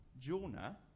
Jonah